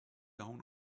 down